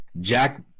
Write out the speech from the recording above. Jack